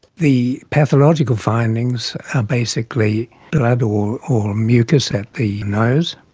the pathological findings are basically blood or or mucus at the nose,